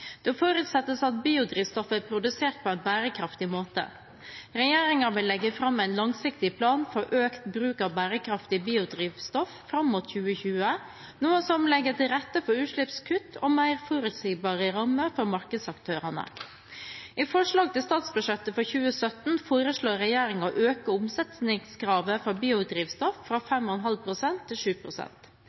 Økt bruk av biodrivstoff er en viktig del av løsningen for å redusere klimagassutslipp fra transportsektoren. Det forutsetter at biodrivstoffet er produsert på en bærekraftig måte. Regjeringen vil legge fram en langsiktig plan for økt bruk av bærekraftig biodrivstoff fram mot 2020, noe som legger til rette for utslippskutt og mer forutsigbare rammer for markedsaktørene. I forslaget til statsbudsjett for 2017 foreslår regjeringen å øke omsetningskravet for